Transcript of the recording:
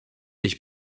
ich